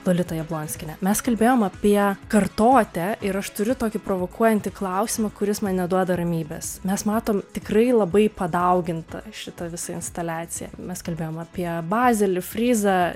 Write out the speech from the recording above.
lolita jablonskiene mes kalbėjom apie kartotę ir aš turiu tokį provokuojantį klausimą kuris man neduoda ramybės mes matom tikrai labai padauginta šita visa instaliacija mes kalbėjom apie bazelį fryzą